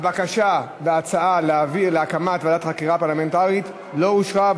הבקשה וההצעה להקמת ועדת חקירת פרלמנטרית לא אושרה,